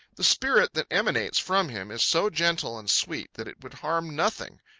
the spirit that emanates from him is so gentle and sweet that it would harm nothing,